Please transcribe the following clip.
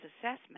assessment